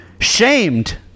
Shamed